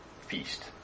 feast